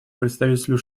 представителю